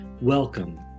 Welcome